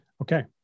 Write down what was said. Okay